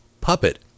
puppet